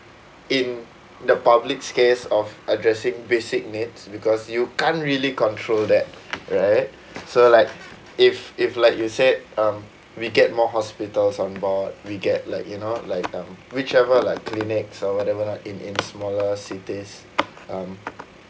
in the public's case of addressing basic needs because you can't really control that right so like if if like you said um we get more hospitals on board we get like you know like um whichever like clinics or whatever lah in in smaller cities um